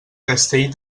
castell